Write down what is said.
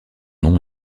nom